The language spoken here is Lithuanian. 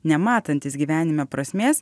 nematantis gyvenime prasmės